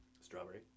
Strawberry